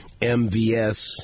MVS